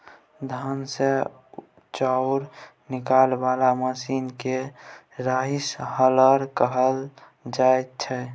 धान मे सँ चाउर निकालय बला मशीन केँ राइस हलर कहल जाइ छै